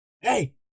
Hey